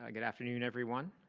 ah good afternoon, everyone.